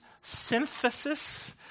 synthesis